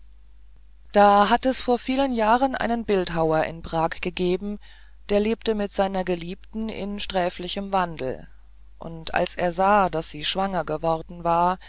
da hat es vor vielen jahren einen bildhauer in prag gegeben der lebte mit seiner geliebten in sträflichem wandel und als er sah daß sie schwanger geworden war